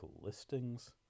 listings